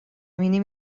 mínim